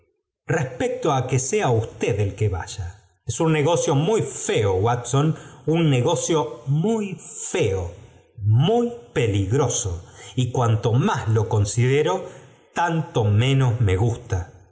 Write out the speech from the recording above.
respecto á que sea usted el que vaya es un negocio muy feo watson un negocio muy feo muy peligroso y cuanto más lo considero tanto menos me gusta